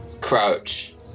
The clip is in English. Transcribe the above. crouch